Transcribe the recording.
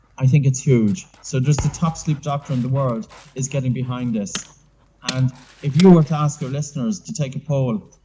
i think it's huge. so there's the top sleep doctor in the world is getting behind this and if you were to ask your listeners to take a poll,